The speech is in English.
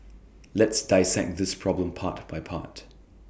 let's dissect this problem part by part